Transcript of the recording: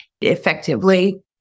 effectively